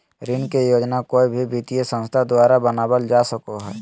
ऋण के योजना कोय भी वित्तीय संस्था द्वारा बनावल जा सको हय